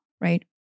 right